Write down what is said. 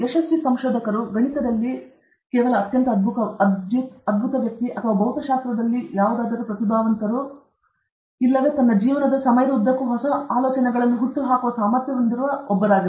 ಆದ್ದರಿಂದ ಯಶಸ್ವಿ ಸಂಶೋಧಕರು ಗಣಿತದಲ್ಲಿ ಕೇವಲ ಅತ್ಯಂತ ಅದ್ಭುತ ವ್ಯಕ್ತಿ ಅಥವಾ ಭೌತಶಾಸ್ತ್ರದಲ್ಲಿ ಯಾವುದಾದರೂ ಪ್ರತಿಭಾವಂತರು ಇಲ್ಲವೇ ತನ್ನ ಜೀವನದ ಸಮಯದ ಉದ್ದಕ್ಕೂ ಹೊಸ ಆಲೋಚನೆಗಳನ್ನು ಹುಟ್ಟುಹಾಕುವ ಸಾಮರ್ಥ್ಯ ಹೊಂದಿರುವ ಒಬ್ಬನು